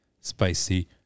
spicy